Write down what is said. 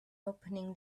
opening